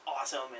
awesome